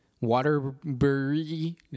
Waterbury